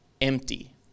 empty